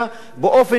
באופן שוויוני?